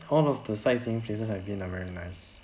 all of the sightseeing places I've been are very nice